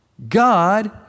God